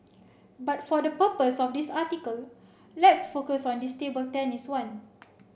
but for the purpose of this article let's focus on this table tennis one